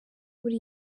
muri